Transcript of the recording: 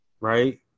right